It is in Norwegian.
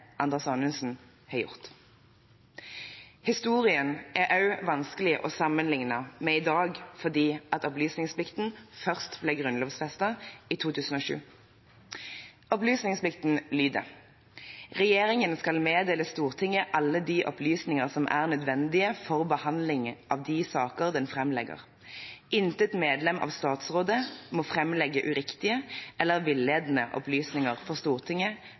Anders Anundsen har gjort. Historien er også vanskelig å sammenligne med i dag, fordi opplysningsplikten først ble grunnlovfestet i 2007. Opplysningsplikten lyder: «Regjeringen skal meddele Stortinget alle de opplysninger som er nødvendige for behandlingen av de saker den fremlegger. Intet medlem av statsrådet må fremlegge uriktige eller villedende opplysninger for Stortinget